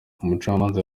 umucamanza